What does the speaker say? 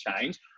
change